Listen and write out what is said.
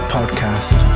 Podcast